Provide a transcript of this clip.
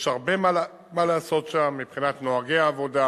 יש הרבה מה לעשות שם מבחינת נוהגי העבודה,